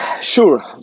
Sure